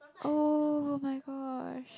oh-my-god